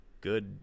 good